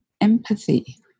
empathy